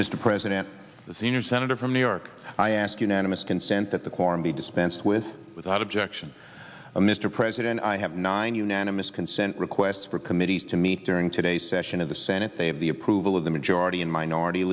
mr president the senior senator from new york i ask unanimous consent that the quorum be dispensed with without objection a mr president i have nine unanimous consent requests for committees to meet during today's session of the senate they have the approval of the majority and minority